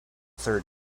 third